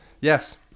Yes